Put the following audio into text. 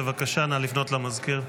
בבקשה, נא לפנות למזכיר.